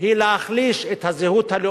היא להחליש את הזהות הלאומית